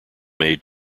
made